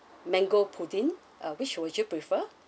mango pudding uh which would you prefer